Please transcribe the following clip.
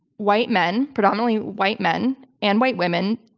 white men, predominantly white men and white women,